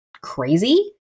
crazy